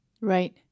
Right